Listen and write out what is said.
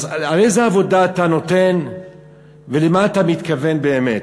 איזה עבודה אתה נותן ולמה אתה מתכוון באמת?